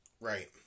Right